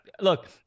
look